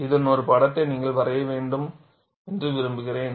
இதன் ஒரு படத்தை நீங்கள் வரைய விரும்புகிறேன்